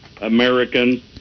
American